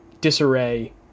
disarray